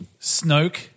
Snoke